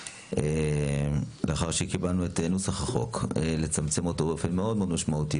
לצמצם את החוק באופן מאוד משמעותי.